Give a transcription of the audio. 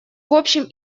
вообще